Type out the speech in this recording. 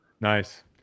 Nice